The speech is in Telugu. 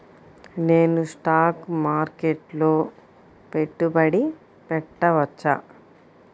నేను స్టాక్ మార్కెట్లో పెట్టుబడి పెట్టవచ్చా?